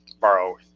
borrow